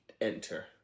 enter